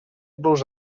los